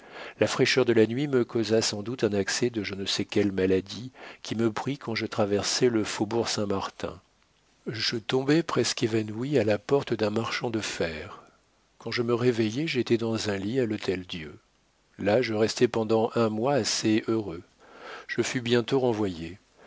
la fraîcheur de la nuit me causa sans doute un accès de ne je sais quelle maladie qui me prit quand je traversai le faubourg saint-martin je tombai presque évanoui à la porte d'un marchand de fer quand je me réveillai j'étais dans un lit à l'hôtel-dieu là je restai pendant un mois assez heureux je fus bientôt renvoyé